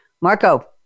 Marco